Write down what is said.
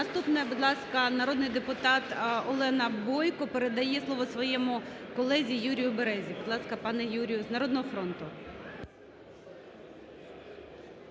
Наступний, будь ласка, народний депутат Олена Бойко. Передає слово своєму колезі Юрію Березі. Будь ласка, пане Юрію. З "Народного фронту".